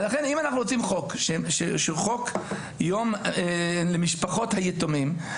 אם אנחנו רוצים חוק שהוא חוק יום למשפחות היתומים,